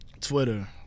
Twitter